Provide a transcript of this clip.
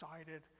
excited